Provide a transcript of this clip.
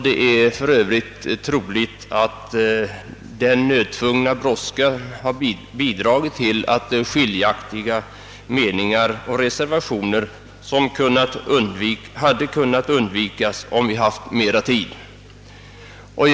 Det är för övrigt ganska troligt att den nödtvungna brådskan har bidragit till skiljaktiga meningar och reservationer som kunnat undvikas om vi haft mera tid på oss.